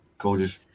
gorgeous